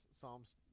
Psalms